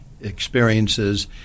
experiences